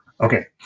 Okay